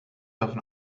davon